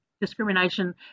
discrimination